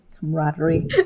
camaraderie